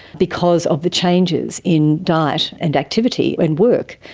because of the changes in diet and activity and work.